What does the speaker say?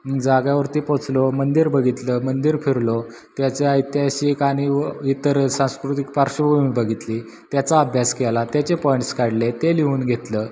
जाग्यावरती पोचलो मंदिर बघितलं मंदिर फिरलो त्याच्या ऐतिहासिक आणि इतर सांस्कृतिक पार्श्वभूमी बघितली त्याचा अभ्यास केला त्याचे पॉईंट्स काढले ते लिहून घेतलं